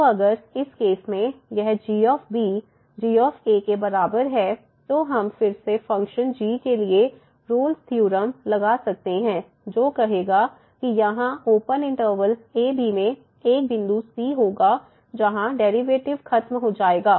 तो अगर इस केस में यह g g के बराबर है तो हम फिर से फंक्शन g के लिये रोल्स का थ्योरम Rolle's theorem लगा सकते हैं जो कहेगा कि यहाँ ओपन इंटरवल a b में एक बिंदु c होगा जहां डेरिवेटिव खत्म हो जाएगा